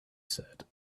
said